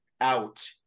out